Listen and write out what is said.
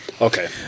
Okay